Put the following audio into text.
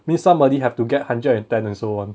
mean somebody have to get hundred and ten also [one]